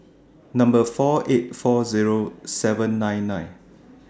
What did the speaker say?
Number four eight four Zero seven nine nine